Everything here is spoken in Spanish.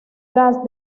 gas